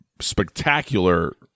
spectacular